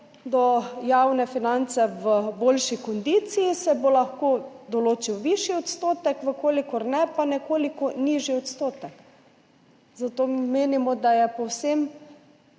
bodo javne finance v boljši kondiciji, se bo lahko določil višji odstotek, če ne , pa nekoliko nižji odstotek. Zato menimo, da je povsem